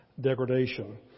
degradation